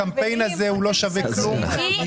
הקמפיין הזה לא שווה כלום.